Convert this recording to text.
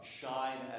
shine